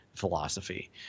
philosophy